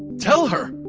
tell her!